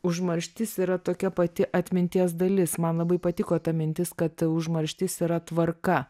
užmarštis yra tokia pati atminties dalis man labai patiko ta mintis kad užmarštis yra tvarka